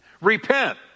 repent